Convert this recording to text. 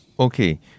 Okay